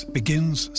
begins